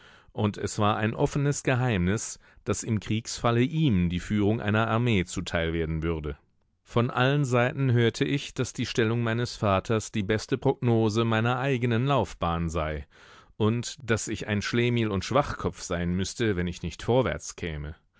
und es war ein offenes geheimnis daß im kriegsfalle ihm die führung einer armee zuteil werden würde von allen seiten hörte ich daß die stellung meines vaters die beste prognose meiner eigenen laufbahn sei und daß ich ein schlemihl und schwachkopf sein müßte wenn ich nicht vorwärts käme